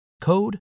code